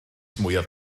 mwyaf